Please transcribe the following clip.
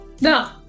No